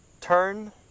turn